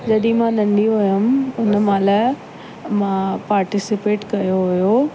जॾहि मां नंढी हुयमि उन महिल मां पार्टिसिपेट कयो हुयो